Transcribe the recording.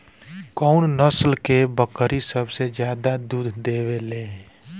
कउन नस्ल के बकरी सबसे ज्यादा दूध देवे लें?